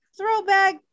Throwback